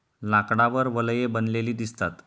लाकडावर वलये बनलेली दिसतात